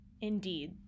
Indeed